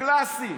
הקלאסי.